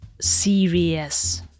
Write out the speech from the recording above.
serious